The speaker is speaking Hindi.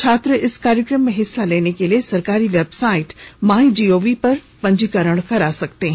छात्र इस कार्यक्रम में हिस्सा लेने के लिए सरकारी वेबसाइट माई गोव पर पंजीकरण करा सकते हैं